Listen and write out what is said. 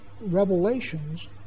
revelations